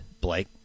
Blake